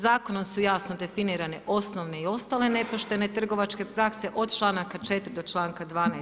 Zakonom su jasno definirane osnovne i ostale nepoštene trgovačke prakse od članaka 4. do 12.